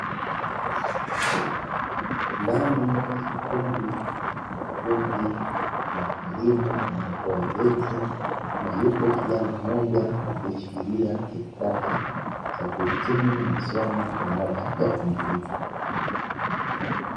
Ndani ya ukumbi kuna kundi la walimu wanaotoa vyeti, na yupo kijana mmoja aliyeshikilia cheti cha kuhitimu masomo baada ya kumaliza.